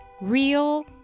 real